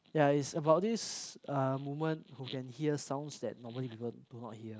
ya is about this uh woman who can hear sounds that normally people do not hear